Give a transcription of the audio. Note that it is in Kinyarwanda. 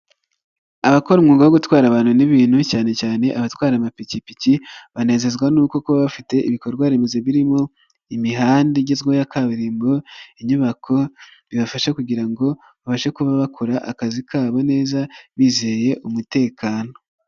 Abakora umwuga wo gutwara abantu n'ibintu cyane cyane abatwara amapikipiki banezezwa nuko kuba bafite ibikorwa remezo birimo imihanda igezweho ya kaburimbo, inyubako, bibafasha kugira ngo babashe kuba bakora akazi kabo neza bizeye umutekano.